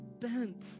bent